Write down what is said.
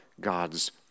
God's